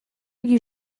you